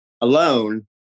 alone